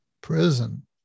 prison